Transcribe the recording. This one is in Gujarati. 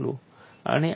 અને આ શું બતાવે છે